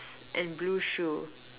and blue shoe